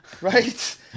Right